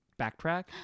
backtrack